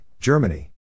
Germany